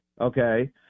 okay